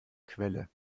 quelle